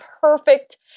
perfect